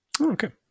Okay